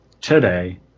Today